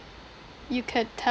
you can tell